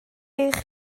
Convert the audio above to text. eich